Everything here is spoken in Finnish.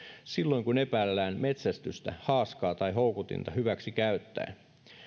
silloin kun epäillään metsästystä haaskaa tai houkutinta hyväksi käyttäen